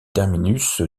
terminus